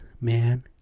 man